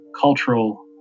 cultural